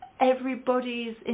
everybody's